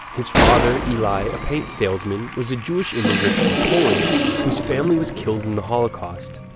his father, eli, a paint salesman, was a jewish immigrant from poland whose family was killed in the holocaust.